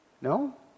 No